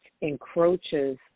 encroaches